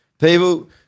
People